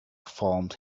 formed